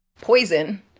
poison